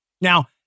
Now